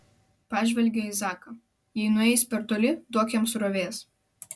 pažvelgė į zaką jei nueis per toli duok jam srovės